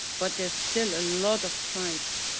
but there's still a lot of tribes,